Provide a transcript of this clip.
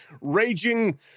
raging